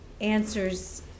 answers